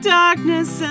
darkness